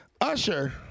Usher